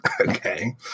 Okay